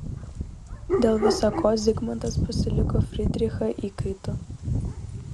dėl visa ko zigmantas pasiliko fridrichą įkaitu